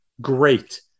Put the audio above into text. great